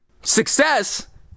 Success